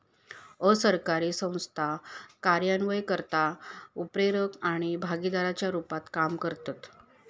असरकारी संस्था कार्यान्वयनकर्ता, उत्प्रेरक आणि भागीदाराच्या रुपात काम करतत